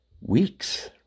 weeks